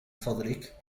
فضلك